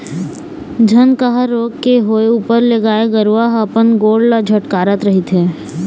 झनकहा रोग के होय ऊपर ले गाय गरुवा ह अपन गोड़ ल झटकारत रहिथे